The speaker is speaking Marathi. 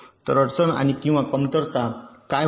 तर अडचण किंवा कमतरता काय होती